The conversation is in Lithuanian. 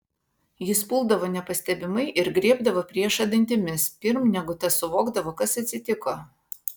jis puldavo nepastebimai ir griebdavo priešą dantimis pirm negu tas suvokdavo kas atsitiko